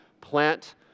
plant